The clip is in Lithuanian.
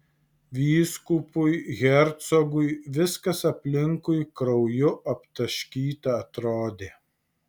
vyskupui hercogui viskas aplinkui krauju aptaškyta atrodė